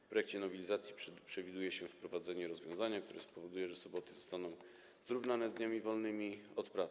W projekcie nowelizacji przewiduje się wprowadzenie rozwiązania, które spowoduje, że soboty zostaną zrównane z dniami wolnymi od pracy.